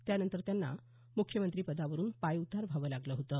यानंतर त्यांना मुख्यमंत्रिपदावरून पायउतार व्हावं लागलं होतं